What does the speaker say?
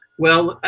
well,